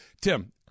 tim